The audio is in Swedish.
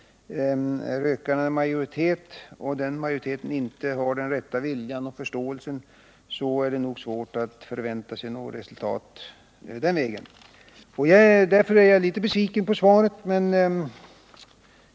Är rökarna i majoritet och den majoriteten inte har rätta viljan och förståelsen är det nog svårt att förvänta sig något resultat. Därför är jag litet besviken på svaret.